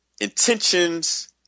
intentions